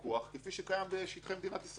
כפי שקיים בשטחי מדינת ישראל בכלל.